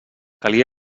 calia